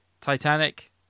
Titanic